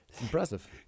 impressive